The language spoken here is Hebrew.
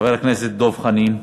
חבר הכנסת דב חנין.